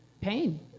pain